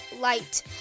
light